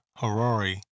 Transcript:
Harari